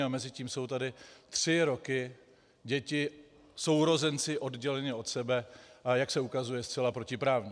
A mezitím jsou tady tři roky děti, sourozenci, odděleně od sebe, a jak se ukazuje, zcela protiprávně.